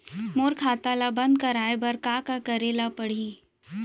मोर खाता ल बन्द कराये बर का का करे ल पड़ही?